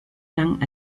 lang